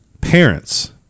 Parents